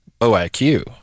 OIQ